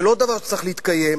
זה לא דבר שצריך להתקיים,